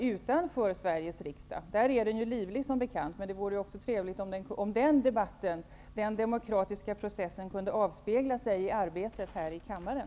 Utanför riksdagen är den livlig, som bekant, men det vore trevligt om debatten, den demokratiska processen, kunde avspegla sig i arbetet här i kammaren.